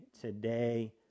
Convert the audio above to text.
today